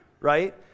right